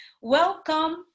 welcome